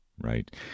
right